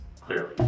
clearly